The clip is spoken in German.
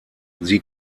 sie